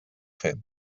fer